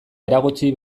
eragotzi